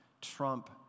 trump